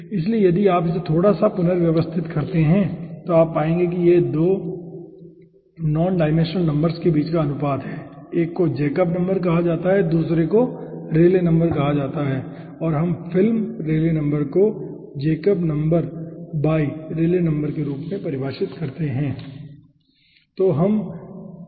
इसलिए यदि आप इसे थोड़ा सा पुनर्व्यवस्थित करते हैं तो आप पाएंगे कि यह 2 नॉन डायमेंशनल नंबर्स के बीच के अनुपात है एक को जैकब नंबर कहा जाता है दूसरे को रेले नंबर कहा जाता है और हम फिल्म रेले नंबर को Jakob number by Rayleigh number के रूप में परिभाषित करते हैं